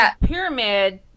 pyramid